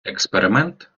експеримент